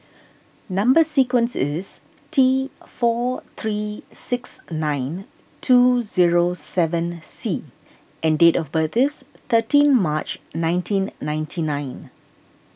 Number Sequence is T four three six nine two zero seven C and date of birth is thirteen March nineteen ninety nine